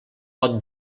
pot